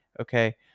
okay